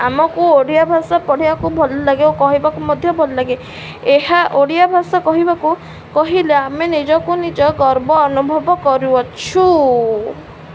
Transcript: ଆମକୁ ଓଡ଼ିଆ ଭାଷା ପଢ଼ିବାକୁ ଭଲ ଲାଗେ ଓ କହିବାକୁ ମଧ୍ୟ ଭଲ ଲାଗେ ଏହା ଓଡ଼ିଆ ଭାଷା କହିବାକୁ କହିଲେ ଆମେ ନିଜକୁ ନିଜ ଗର୍ବ ଅନୁଭବ କରୁଛୁ